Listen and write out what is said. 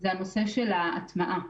זה הנושא של ההטמעה.